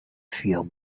feel